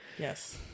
Yes